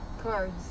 cards